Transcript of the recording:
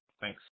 Thanks